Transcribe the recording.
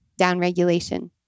downregulation